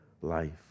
life